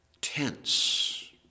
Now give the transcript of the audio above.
tense